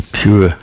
pure